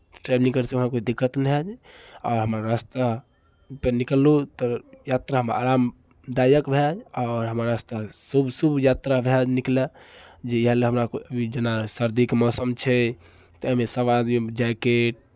travelling करै समय हमरा कोइ दिक्कत नहि हएत आ हमरा रस्तापर निकललहुँ तऽ यात्रामे आराम दायक भेल आओर हमर रास्ता यात्रा शुभ शुभ यात्रा भए निकलए जे इएह लेल हमरा जेना सर्दीके मौसम छै ताहिमे सभ आदमी जैकेट